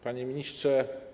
Panie Ministrze!